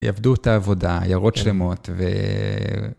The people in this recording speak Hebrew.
יעבדו את העבודה, עירות שלמות ו...